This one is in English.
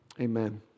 amen